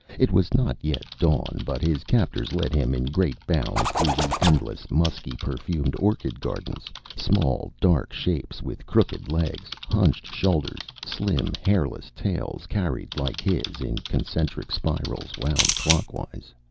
it was not yet dawn, but his captors led him in great bounds through the endless, musky-perfumed orchid gardens, small dark shapes with crooked legs, hunched shoulders, slim hairless tails carried, like his, in concentric spirals wound clockwise.